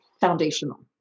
foundational